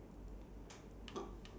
two hours on the phone